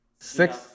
Six